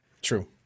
True